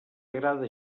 agrada